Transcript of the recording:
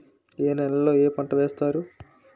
ఏ నేలలో ఏ పంట వేస్తారు?